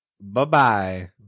Bye-bye